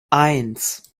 eins